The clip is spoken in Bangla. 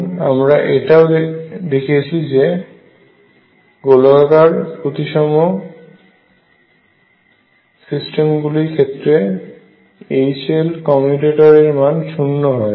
এবং আমরা এটাও দেখেছি যে গোলাকার প্রতিসম সিস্টেম গুলির ক্ষেত্রে H L এর মান শূন্য হয়